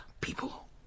people